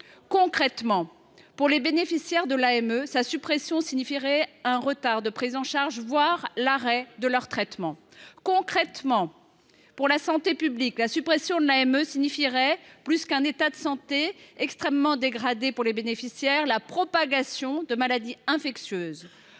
Concrètement, la suppression de l’AME pour ses bénéficiaires signifierait un retard de prise en charge, voire l’arrêt de leurs traitements. Concrètement, pour la santé publique, la suppression de l’AME signifierait, plus qu’un état de santé extrêmement dégradé pour les bénéficiaires, la propagation de maladies infectieuses.